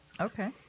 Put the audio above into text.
Okay